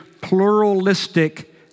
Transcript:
pluralistic